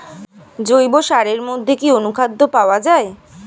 জৈব সারের মধ্যে কি অনুখাদ্য পাওয়া যায়?